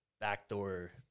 backdoor